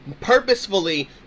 purposefully